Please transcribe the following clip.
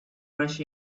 rush